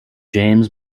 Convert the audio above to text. james